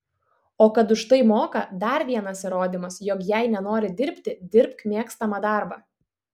o kad už tai moka dar vienas įrodymas jog jei nenori dirbti dirbk mėgstamą darbą